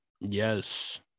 Yes